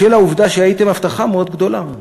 בשל העובדה שהייתם הבטחה מאוד גדולה.